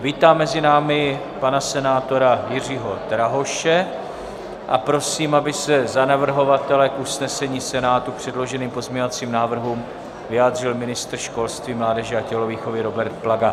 Vítám mezi námi pana senátora Jiřího Drahoše a prosím, aby se za navrhovatele k usnesení Senátu k předloženým pozměňovacím návrhům vyjádřil ministr školství, mládeže a tělovýchovy Robert Plaga.